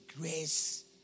grace